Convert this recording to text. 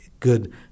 good